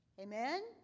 Amen